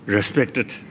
respected